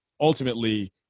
ultimately